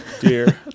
dear